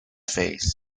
face